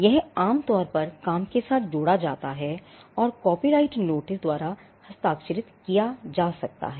यह आमतौर पर काम के साथ जोड़ा जाता है और कॉपीराइट नोटिस द्वारा हस्ताक्षरित किया जा सकता है